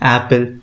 Apple